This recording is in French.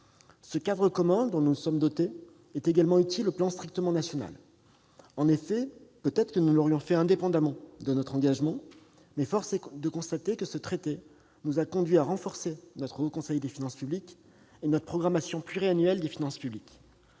Ce cadre commun dont nous nous sommes dotés est aussi utile sur le plan strictement national. En effet, peut-être l'aurions-nous fait indépendamment de notre engagement, mais force est de constater que ce traité nous a conduits à renforcer notre Haut Conseil des finances publiques, le HCFP, et notre programmation pluriannuelle des finances publiques.